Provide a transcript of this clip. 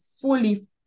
fully